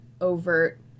overt